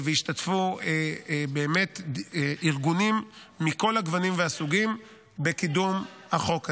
השתתפו באמת ארגונים מכל הגוונים והסוגים בקידום החוק הזה.